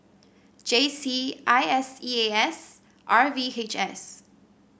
J C I S E A S and R V H S